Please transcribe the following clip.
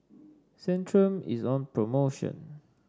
Centrum is on promotion